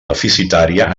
deficitària